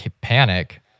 panic